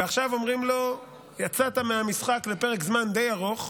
ועכשיו אומרים לו: יצאת מהמשחק לפרק זמן די ארוך,